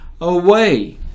away